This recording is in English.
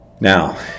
now